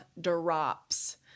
drops